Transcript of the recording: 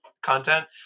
Content